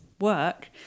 work